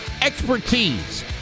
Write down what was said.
expertise